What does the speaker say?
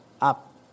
up